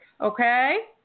okay